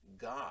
god